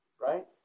right